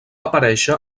aparèixer